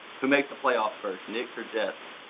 who makes the play offs first, knicks or jets?